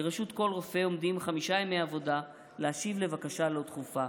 לרשות כל רופא עומדים חמישה ימי עבודה להשיב על בקשה לא דחופה.